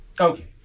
Okay